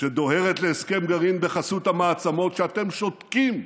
שדוהרת להסכם גרעין בחסות המעצמות ואתם שותקים,